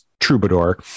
Troubadour